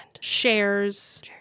Shares